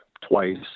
twice